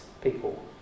people